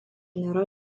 nėra